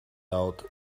out